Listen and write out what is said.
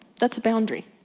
that's a boundary.